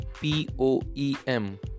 P-O-E-M